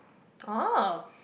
oh